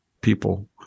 people